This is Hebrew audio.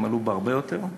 הם עלו בהרבה יותר,